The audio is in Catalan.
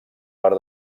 per